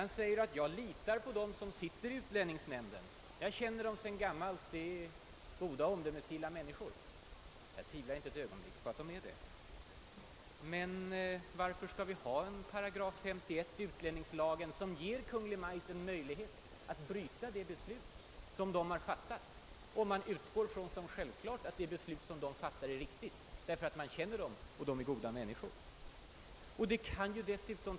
Han säger: jag litar på dem som sitter i utlänningsnämnden. Jag känner dem sedan gammalt. De är goda, omdömesgilla människor. Jag tvivlar inte på att de är det. Men varför skall vi ha 8 51 i utlänningslagen, som ger Kungl. Maj:t en möjlighet att upphäva det beslut som utlänningsnämnden har fattat, om man självklart utgår ifrån, att det beslut nämnden har fattat är riktigt? Vad är den paragrafen till för om man känner ledamöterna i nämnden, vet att de är goda människor och litar på deras beslut?